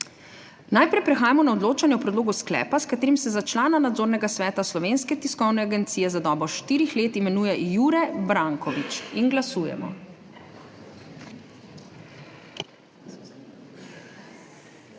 Najprej prehajamo na odločanje o predlogu sklepa, s katerim se za člana Nadzornega sveta Slovenske tiskovne agencije za dobo štirih let imenuje Jure Brankovič. Glasujemo.